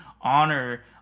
honor